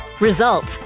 results